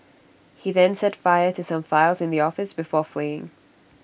he then set fire to some files in the office before fleeing